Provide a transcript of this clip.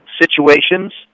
situations